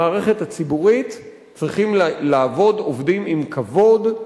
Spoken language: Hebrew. במערכת הציבורית צריכים לעבוד עובדים עם כבוד,